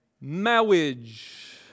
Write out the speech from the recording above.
Marriage